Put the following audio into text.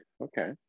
Okay